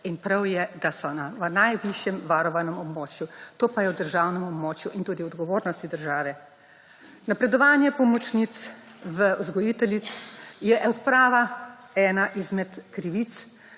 in prav je, da so v najvišjem varovanem območju to pa je v državnem območju in tudi odgovornost države. Napredovanje pomočnic, vzgojiteljic je odprava ena izmed krivic.